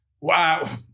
wow